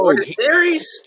series